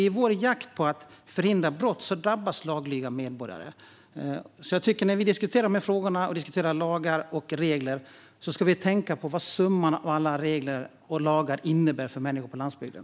I vår strävan att förhindra brott drabbas laglydiga medborgare. När vi diskuterar dessa frågor och lagar och regler tycker jag att vi ska tänka på vad summan av alla regler och lagar innebär för människor på landsbygden.